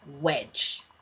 wedge